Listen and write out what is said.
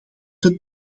het